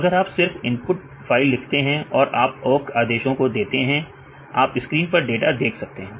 तो अगर आप सिर्फ इनपुट फाइल लिखते हैं और आप ओक आदेशों को देते हैं आप स्क्रीन पर डाटा देख सकते हैं